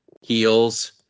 heels